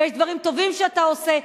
ויש דברים טובים שאתה עושה,